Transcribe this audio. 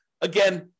Again